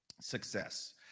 success